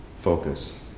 focus